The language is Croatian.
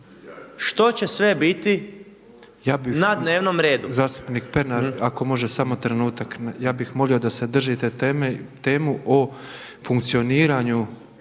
što će sve biti na dnevnom redu.